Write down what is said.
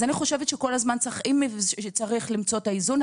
אני חושבת שם צריך למצוא את האיזון,